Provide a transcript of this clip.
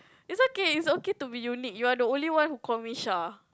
it's okay it's okay to be unique you're the only one who call me Sha